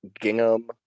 Gingham